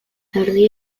erdi